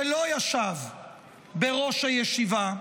שלא ישב בראש הישיבה,